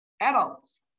adults